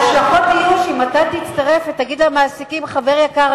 ההשלכות יהיו שאם אתה תצטרף ותגיד למעסיקים: חבר יקר,